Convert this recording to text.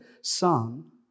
son